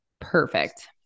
Perfect